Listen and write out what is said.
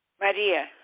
Maria